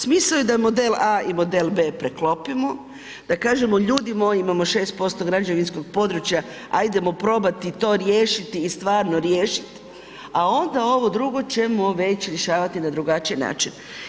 Smisao je da model A i model B preklopimo, da kažemo ljudi moji, imamo 6% građevinskog područja, ajdemo probati to riješiti i stvarno riješi a onda ovo drugo ćemo već rješavati na drugačiji način.